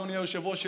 אדוני היושב-ראש,